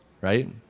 right